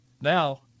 Now